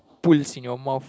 pools in your mouth